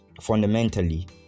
fundamentally